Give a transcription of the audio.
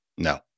No